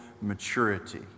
maturity